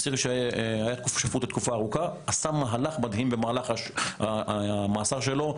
אסיר שהיה שפוט לתקופה ארוכה ועשה מהלך מדהים בתקופת המאסר שלו,